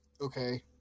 Okay